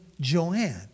Joanne